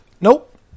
Nope